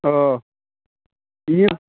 अह बियो